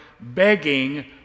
begging